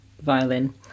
violin